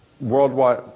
worldwide